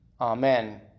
Amen